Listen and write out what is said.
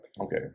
okay